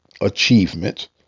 achievement